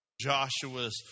Joshua's